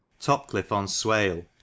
Topcliffe-on-Swale